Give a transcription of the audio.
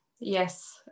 Yes